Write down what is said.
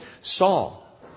Saul